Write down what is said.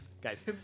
Guys